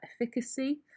efficacy